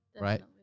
right